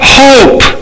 hope